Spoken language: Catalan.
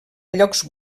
llocs